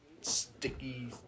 sticky